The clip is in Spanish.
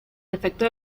defecto